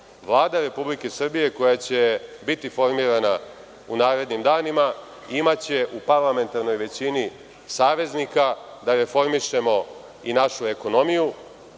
nastavi. Vlada RS koja će biti formirana u narednim danima, imaće u parlamentarnoj većini saveznika da reformišemo i našu ekonomiju,